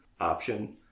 option